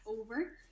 over